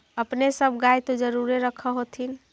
अपने सब गाय तो जरुरे रख होत्थिन?